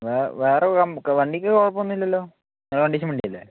വേറെ വണ്ടിക്ക് കുഴപ്പം ഒന്നും ഇല്ലല്ലോ നല്ല കണ്ടീഷൻ വണ്ടിയല്ലേ